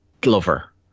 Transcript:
glover